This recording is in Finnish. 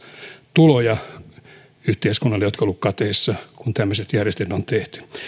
tuloja jotka ovat olleet kateissa kun tämmöiset järjestelmät on tehty